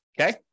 okay